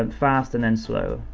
and fast and then slow.